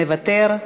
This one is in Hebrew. מוותר.